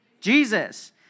Jesus